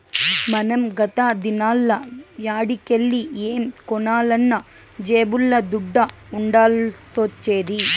మనం గత దినాల్ల యాడికెల్లి ఏం కొనాలన్నా జేబుల్ల దుడ్డ ఉండాల్సొచ్చేది